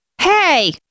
Hey